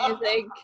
music